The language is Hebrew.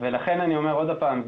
ולכן אומר עוד הפעם,